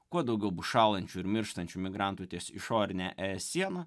kuo daugiau bus šąlančių ir mirštančių migrantų ties išorine es siena